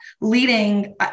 leading